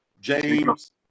James